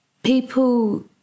People